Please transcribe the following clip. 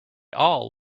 all